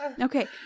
Okay